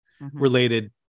related